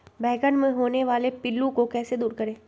बैंगन मे होने वाले पिल्लू को कैसे दूर करें?